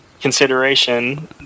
consideration